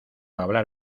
hablar